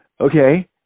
Okay